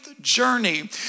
journey